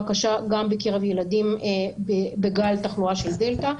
קשה גם בקרב ילדים בגל התחלואה של דלתא.